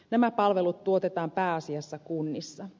nämä palvelut tuotetaan pääasiassa kunnissa